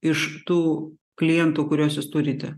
iš tų klientų kuriuos jūs turite